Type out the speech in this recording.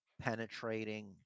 penetrating